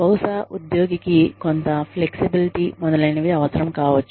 బహుశా ఉద్యోగికి కొంత ఫ్లెక్సిబిలిటీ మొదలైనవి అవసరం కావచ్చు